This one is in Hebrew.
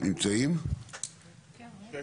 אני עדי